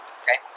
okay